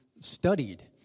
studied